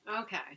Okay